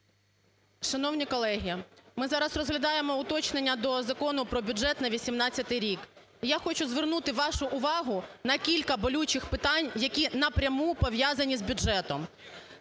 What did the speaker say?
Шановні колеги, ми зараз розглядаємо уточнення до Закону про бюджет на 2018 рік. І я хочу звернути вашу увагу на кілька болючих питань, які напряму пов'язані з бюджетом,